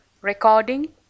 Recording